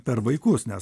per vaikus nes